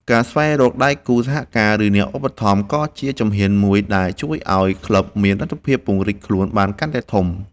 ការស្វែងរកដៃគូសហការ ឬអ្នកឧបត្ថម្ភ ក៏ជាជំហានមួយដែលជួយឱ្យក្លឹបមានលទ្ធភាពពង្រីកខ្លួនបានកាន់តែធំ។